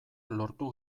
lortu